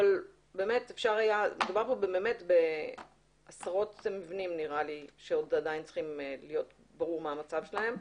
אבל מדובר פה בעשרות מבנים שצריך להיות ברור מה מצבם.